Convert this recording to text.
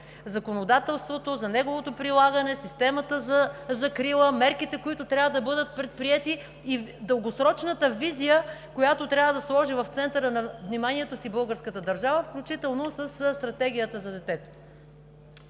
законодателството, за неговото прилагане, системата за закрила, мерките, които трябва да бъдат предприети и дългосрочната визия, която трябва да сложи в центъра на вниманието си българската държава, включително със Стратегията за детето.